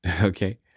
Okay